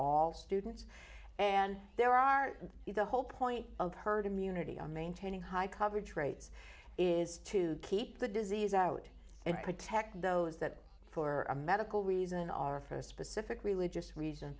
all students and there are the whole point of herd immunity on maintaining high coverage rates is to keep the disease out and protect those that for a medical reason are for a specific religious reason